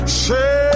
say